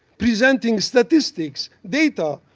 presenting statistics, data,